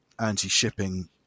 anti-shipping